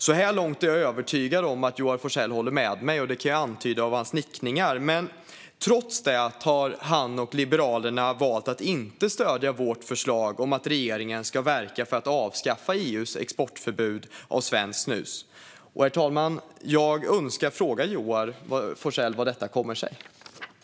Så här långt är jag övertygad om att Joar Forssell håller med mig, och det kan jag tyda av hans nickningar. Men trots det har han och Liberalerna valt att inte stödja vårt förslag om att regeringen ska verka för att avskaffa EU:s exportförbud av svenskt snus. Jag önskar fråga Joar Forssell vad detta kommer sig av.